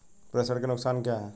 प्रेषण के नुकसान क्या हैं?